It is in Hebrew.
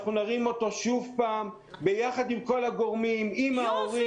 אנחנו נרים אותו שוב יחד עם כל הגורמים עם ההורים,